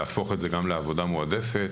להפוך את זה גם לעבודה מועדפת,